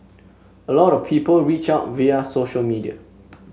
a lot of people reach out via social media